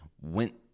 went